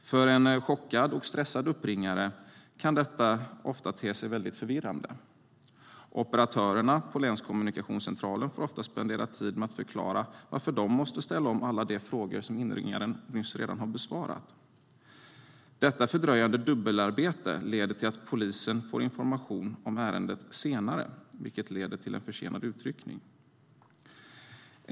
För en chockad och stressad uppringare kan detta ofta te sig väldigt förvirrande. Operatörerna vid länskommunikationscentralen får ofta spendera tid med att förklara varför även de måste ställa alla de frågor som inringaren nyss besvarat. Detta fördröjande dubbelarbete leder till att polisen får information om ärendet senare, vilket leder till försenad utryckning.